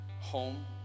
home